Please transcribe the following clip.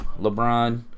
LeBron